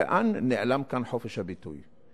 לאן נעלם כאן חופש הביטוי?